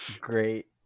great